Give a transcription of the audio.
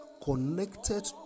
connected